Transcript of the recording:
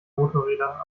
motorräder